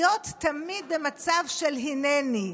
להיות תמיד במצב של "הינני".